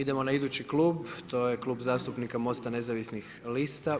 Idemo na idući klub, a to je Klub zastupnika MOST-a nezavisnih lista.